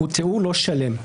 הוא תיאור לא שלם.